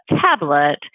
tablet